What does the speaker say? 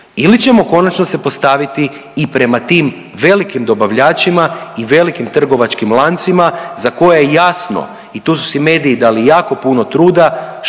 ili ćemo konačno se postaviti i prema tim velikim dobavljačima i velikim trgovačkim lancima za koje je jasno i tu su si mediji dali jako puno truda,